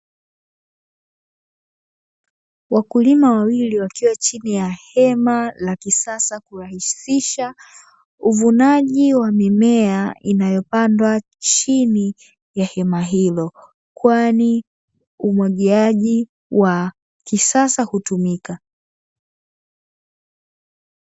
Wakulima wawili wakiwa chini ya hema la kisasa kurahisisha uvunaji wa mimea inayopandwa chini ya hema hilo, kwani umwagiaji wa kisasa hutumika.